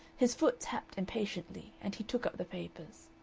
his foot tapped impatiently, and he took up the papers.